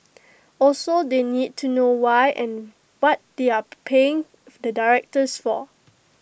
also they need to know why and what they are paying the directors for